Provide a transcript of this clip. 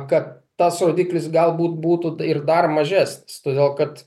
kad tas rodiklis galbūt būtų ir dar mažesnis todėl kad